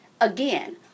Again